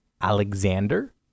Alexander